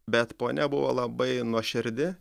bet ponia buvo labai nuoširdi